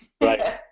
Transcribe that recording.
Right